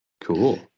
Cool